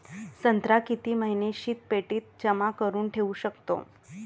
संत्रा किती महिने शीतपेटीत जमा करुन ठेऊ शकतो?